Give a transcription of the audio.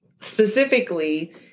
specifically